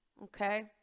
Okay